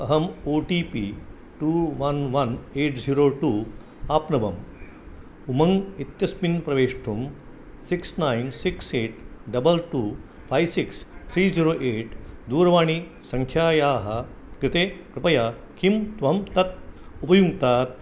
अहम् O T P two one one eight zero two आप्नवम् उमङ्ग् इत्यस्मिन् प्रवेष्टुं six nine six eight double two five six three zero eight दूरवाणीसङ्ख्यायाः कृते कृपया किं त्वं तत् उपयुङ्क्तात्